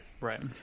right